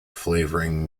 flavouring